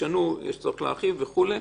ישנו או אם יש צורך להרחיב וכולי.